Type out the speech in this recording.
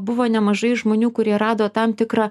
buvo nemažai žmonių kurie rado tam tikrą